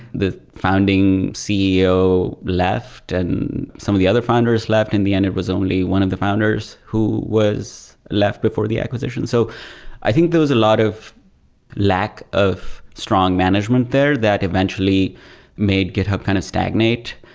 the founding founding ceo left and some of the other funders left. in the end, it was only one of the founders who was left before the acquisition. so i think there was a lot of lack of strong management there that eventually made github kind of stagnate,